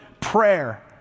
prayer